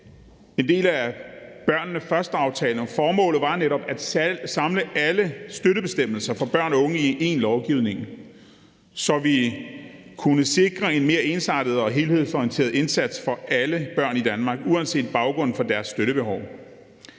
en del af »Børnene Først«-aftalen, og formålet var netop at samle alle støttebestemmelser for børn og unge i én lovgivning, så vi kunne sikre en mere ensartet og helhedsorienteret indsats for alle børn i Danmark uanset baggrunden for deres støttebehov.